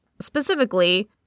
specifically